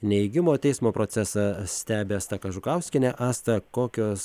neigimo teismo procesą stebi asta kažukauskienė asta kokios